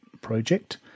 project